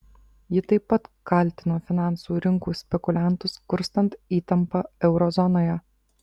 ji taip pat kaltino finansų rinkų spekuliantus kurstant įtampą euro zonoje